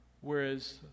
Whereas